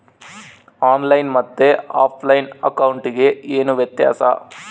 On line ಮತ್ತೆ offline ಅಕೌಂಟಿಗೆ ಏನು ವ್ಯತ್ಯಾಸ?